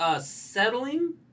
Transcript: settling